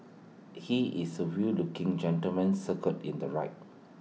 he is suave looking gentleman circled in the right